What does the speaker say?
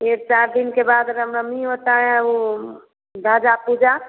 फिर चार दिन के बाद रामनवमी होता है वो गाजा पूजा